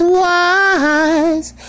wise